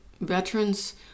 veteran's